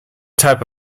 type